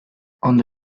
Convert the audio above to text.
ondo